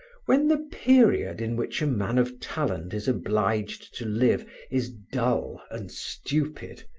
when the period in which a man of talent is obliged to live is dull and stupid,